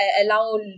allow